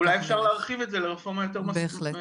אולי אפשר להרחיב את זה לרפורמה יותר רחבה.